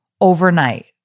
overnight